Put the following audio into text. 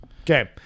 Okay